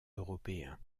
européens